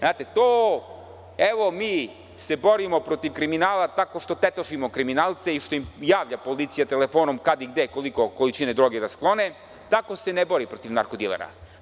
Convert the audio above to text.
Znate, to – evo, mi se borimo protiv kriminala, tako što tetošimo kriminalce i što im javlja policija telefonom kad, gde, koliko količine droge da sklone, tako se ne bori protiv narko dilera.